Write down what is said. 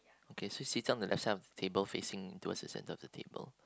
okay so seated on the left side of the table facing towards the centre of the table